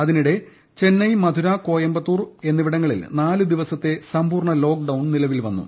അതിനിടെ ചെന്നൈ മധുര കോയമ്പത്തൂർ എന്നിവിടങ്ങളിൽ നാല് ദിവസത്തെ സമ്പൂർണ്ണ ലോക്ഡൌൺ നിലവിൽ വന്നു